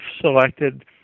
selected